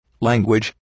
Language